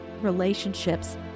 relationships